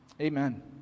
amen